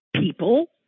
people